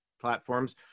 platforms